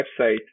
website